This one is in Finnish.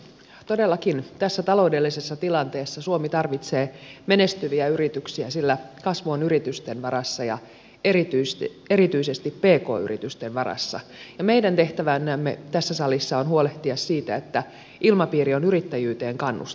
todellakin tässä taloudellisessa tilanteessa suomi tarvitsee menestyviä yrityksiä sillä kasvu on yritysten varassa ja erityisesti pk yritysten varassa ja meidän tehtävänämme tässä salissa on huolehtia siitä että ilmapiiri on yrittäjyyteen kannustava